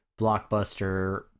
Blockbuster